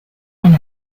and